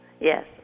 Yes